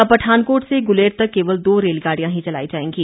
अब पठानकोट से गुलेर तक केवल दो रेलगाड़ियां ही चलाई जाएंगी